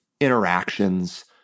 interactions